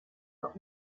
but